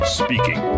speaking